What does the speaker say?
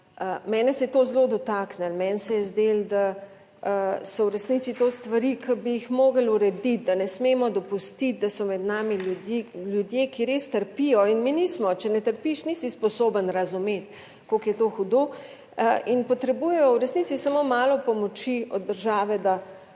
mene se je to zelo dotaknilo. Meni se je zdelo, da so v resnici to stvari, ki bi jih morali urediti, da ne smemo dopustiti, da so med nami ljudi ljudje, ki res trpijo. In mi nismo, če ne trpiš, nisi sposoben razumeti, kako je to hudo. In potrebujejo v resnici samo malo pomoči od države,